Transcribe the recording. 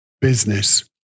business